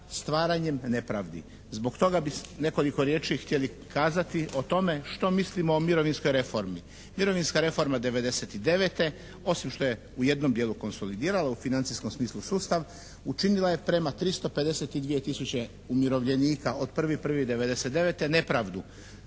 stvaranjem nepravdi. Zbog toga bi nekoliko riječi htjeli kazati o tome što mislimo o mirovinskoj reformi. Mirovinska reforma '99. osim što je u jednom dijelu konsolidirala u financijskom smislu sustav učinila je prema 352 tisuće umirovljenika od 1.1.'99. nepravdu.